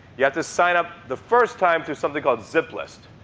yeah to sign up the first time through something called ziplist.